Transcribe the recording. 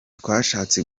twashatse